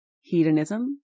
hedonism